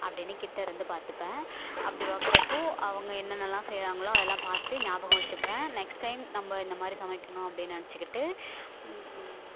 அப்படின்னு கிட்டே இருந்து பார்த்துப்பேன் அப்படி பார்க்கறப்போ அவங்க என்னனெல்லாம் செய்கிறாங்களோ அதெல்லாம் பார்த்து ஞாபகம் வெச்சுப்பேன் நெக்ஸ்ட் டைம் நம்ம இந்த மாதிரி சமைக்கணும் அப்படின்னு நினச்சிக்கிட்டு